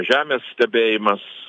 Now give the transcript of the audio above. žemės stebėjimas